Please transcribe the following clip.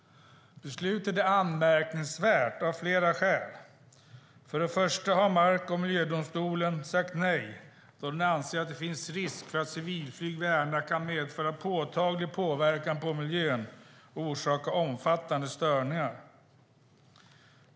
Beslutet är anmärkningsvärt av flera skäl. Till att börja med har mark och miljödomstolen sagt nej då de anser att det finns risk för att civilflyg vid Ärna kan medföra påtaglig påverkan på miljön och orsaka omfattande störningar.